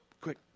quick